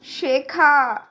শেখা